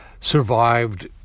survived